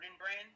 brand